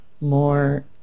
more